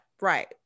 right